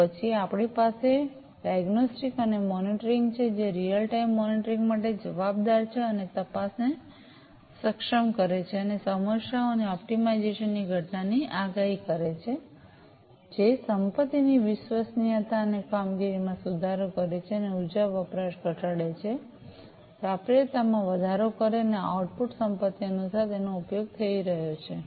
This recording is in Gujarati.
તો પછી આપણી પાસે ડાયગ્નોસ્ટિક્સ અને મોનિટરિંગ છે જે રીઅલ ટાઇમ મોનિટરિંગ માટે જવાબદાર છે અને તપાસને સક્ષમ કરે છે અને સમસ્યાઓ અને ઓપ્ટિમાઇજેશન ની ઘટનાની આગાહી કરે છે જે સંપત્તિની વિશ્વસનીયતા અને કામગીરીમાં સુધારો કરે છે અને ઉર્જા વપરાશ ઘટાડે છે પ્રાપ્યતામાં વધારો કરે છે અને આઉટપુટ સંપત્તિ અનુસાર તેનો ઉપયોગ થઈ રહ્યો છે